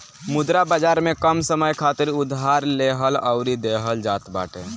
मुद्रा बाजार में कम समय खातिर उधार लेहल अउरी देहल जात बाटे